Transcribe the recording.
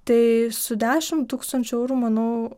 tai su dešimt tūkstančių eurų manau